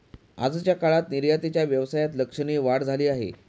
आजच्या काळात निर्यातीच्या व्यवसायात लक्षणीय वाढ झाली आहे